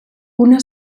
una